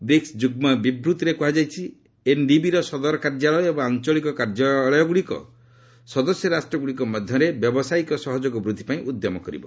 BRICS ଯୁଗ୍ମ ବିବୃଭିରେ କୁହାଯାଇଛି ଏନ୍ଡିବିର ସଦର କାର୍ଯ୍ୟାଳୟ ଏବଂ ଆଞ୍ଚଳିକ କାର୍ଯ୍ୟଳୟଗୁଡ଼ିକ ସଦସ୍ୟ ରାଷ୍ଟ୍ରଗୁଡ଼ିକ ମଧ୍ୟରେ ବ୍ୟାବସାୟିକ ସହଯୋଗ ବୃଦ୍ଧି ପାଇଁ ଉଦ୍ୟମ କରିବ